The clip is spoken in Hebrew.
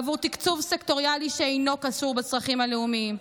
עבור תקצוב סקטוריאלי שאינו קשור בצרכים הלאומיים,